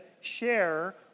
share